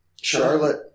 Charlotte